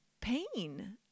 pain